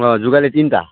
অঁ যোগালী তিনিটা